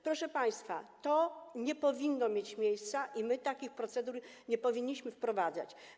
Proszę państwa, to nie powinno mieć miejsca i my takich procedur nie powinniśmy wprowadzać.